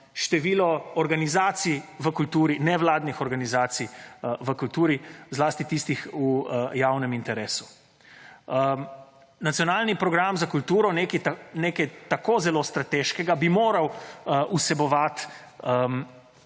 število organizacij v kulturi, nevladnih organizacij v kulturi, zlasti tistih v javnem interesu. Nacionalni program za kulturo, nekaj tako strateškega, bi moral vsebovat